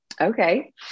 Okay